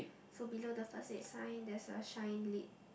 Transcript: so below the first aid sign there's a shine lip